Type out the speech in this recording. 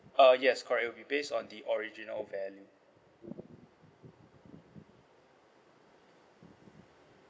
uh yes correct it'll be based on the original value